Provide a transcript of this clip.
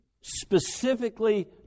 specifically